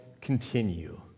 continue